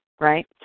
right